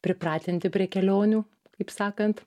pripratinti prie kelionių kaip sakant